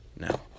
now